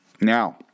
Now